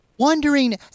wondering